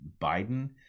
Biden